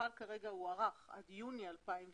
שחל כרגע, הוא הוארך עד יוני 2021